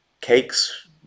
cakes